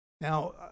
Now